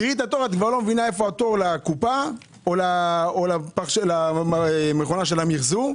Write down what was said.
את לא מבינה איפה התור לקופה או למכונה של המחזור.